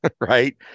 right